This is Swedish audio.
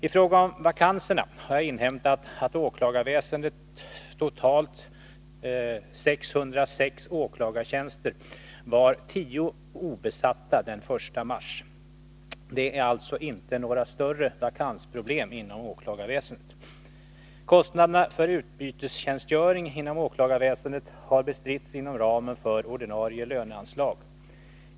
I fråga om vakanserna har jag inhämtat att av åklagarväsendets totalt 606 åklagartjänster var 10 obesatta den 1 mars 1983. Det är således inte några större vakansproblem inom åklagarväsendet. Kostnaderna för utbytestjänstgöring inom åklagarväsendet har bestritts inom ramen för ordinarie löneanslag.